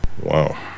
Wow